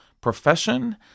profession